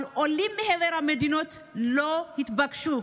אבל עולים מחבר המדינות לא התבקשו,